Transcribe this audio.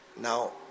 now